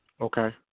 Okay